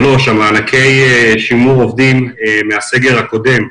הדוגמה השלישית, מענקי שימור עובדים מהסגר הקודם,